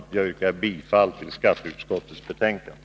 Jag yrkar bifall till hemställan i skatteutskottets betänkande.